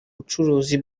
bucuruzi